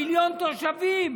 מיליון תושבים